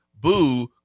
Boo